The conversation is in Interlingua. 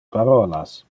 parolas